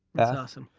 that's awesome.